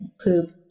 poop